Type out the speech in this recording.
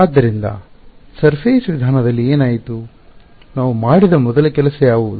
ಆದ್ದರಿಂದ ಮೇಲ್ಮೈ ಸರ್ಫೆಸ್ ವಿಧಾನದಲ್ಲಿ ಏನಾಯಿತು ನಾವು ಮಾಡಿದ ಮೊದಲ ಕೆಲಸ ಯಾವುದು